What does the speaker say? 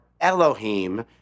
Elohim